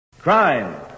Crime